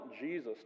Jesus